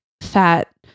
fat